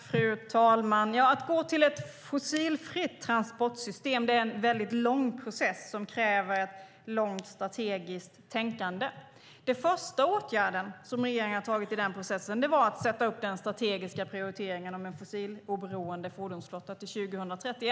Fru talman! Att gå till ett fossilfritt transportsystem är en väldigt lång process som kräver ett långt strategiskt tänkande. Den första åtgärden som regeringen vidtog i den processen var att sätta upp den strategiska prioriteringen om en fossiloberoende fordonsflotta till 2030.